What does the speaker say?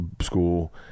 school